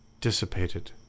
dissipated